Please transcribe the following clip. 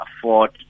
afford